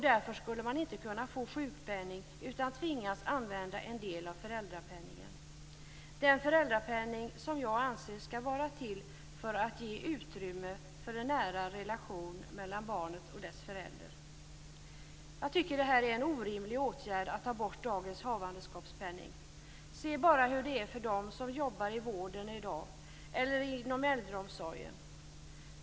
Därför skulle man inte kunna få sjukpenning, utan man tvingas att använda en del av föräldrapenningen - en föräldrapenning som jag anser skall vara till för att ge utrymme för en nära relation mellan barnet och dess förälder. Jag tycker att det är en orimlig åtgärd att ta bort dagens havandeskapspenning. Se bara hur det är för dem som i dag jobbar inom vården eller äldreomsorgen!